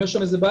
אם יש שם בעיה,